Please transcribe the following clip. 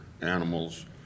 animals